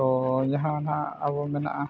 ᱛᱳ ᱡᱟᱦᱟᱱᱟᱜ ᱟᱵᱚ ᱢᱮᱱᱟᱜᱼᱟ